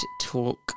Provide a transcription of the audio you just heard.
talk